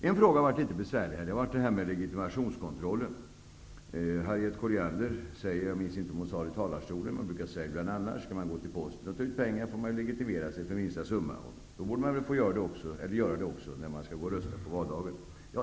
En besvärlig fråga i detta sammanhang har varit legitimationskontrollen, som Harriet Colliander tog upp. Man brukar säga att den som går till posten måste legitimera sig för minsta summa och att man borde kunna legitimera sig också när man röstar på valdagen.